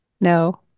No